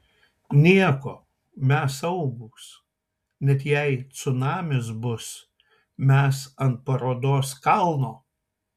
nieko mes saugūs net jei cunamis bus mes ant parodos kalno